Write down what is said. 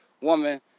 woman